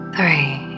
Three